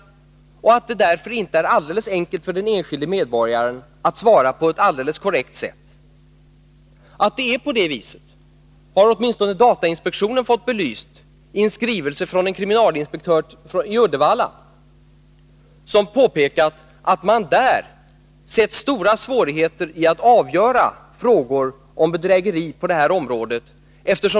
Därför är det inte alldeles enkelt för den enskilde medborgaren att svara på ett alldeles korrekt sätt. Detta har åtminstone datainspektionen fått belyst i en skrivelse från en kriminalinspektör i Uddevalla, som påpekat att man där sett stora svårigheter i att avgöra frågor om bedrägeri på detta område.